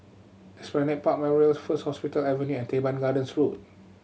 Esplanade Park Memorials First Hospital Avenue and Teban Gardens Road